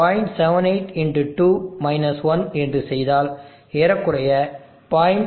78 x 2 1 என்று செய்தால் ஏறக்குறைய 0